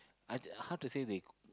I how to say they cook